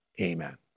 amen